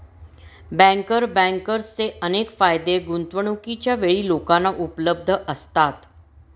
banker बँकर्सचे अनेक फायदे गुंतवणूकीच्या वेळी लोकांना उपलब्ध असतात